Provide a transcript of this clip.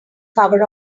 cover